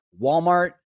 Walmart